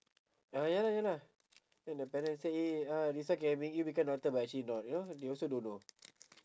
ah ya lah ya lah then the parents say eh ah this one can make you become doctor but actually not you know they also don't know